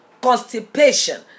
constipation